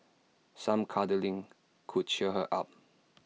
some cuddling could cheer her up